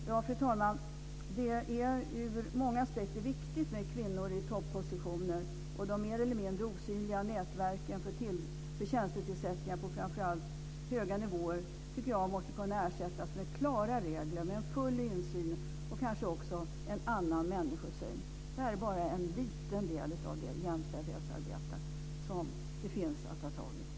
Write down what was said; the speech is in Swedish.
Fru talman! Det är ur många aspekter viktigt med kvinnor i toppositioner. De mer eller mindre osynliga nätverken för tjänstetillsättningar på framför allt höga nivåer borde kunna ersättas med klara regler med full insyn och kanske också en annan människosyn. Det är bara en liten del av det jämställdhetsarbete som finns att ta tag i.